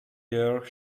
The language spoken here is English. year